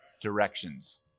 Directions